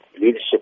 leadership